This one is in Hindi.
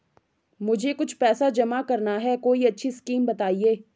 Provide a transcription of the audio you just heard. मुझे कुछ पैसा जमा करना है कोई अच्छी स्कीम बताइये?